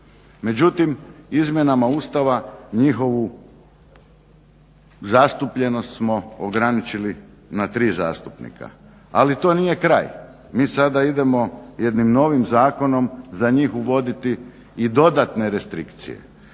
Međutim izmjenama Ustava njihovu zastupljenost smo ograničili na tri zastupnika, ali to nije kraj. Mi sada idemo jednim novim zakonom za njih uvoditi i dodatne restrikcije.